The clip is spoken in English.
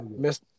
Mr